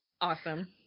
Awesome